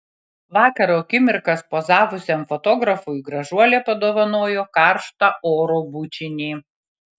vakaro akimirkas pozavusiam fotografui gražuolė padovanojo karštą oro bučinį